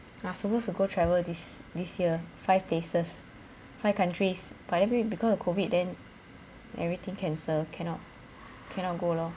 ah supposed to go travel this this year five places five countries but every because of COVID then everything cancel cannot cannot go lor